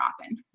often